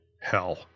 Hell